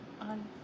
on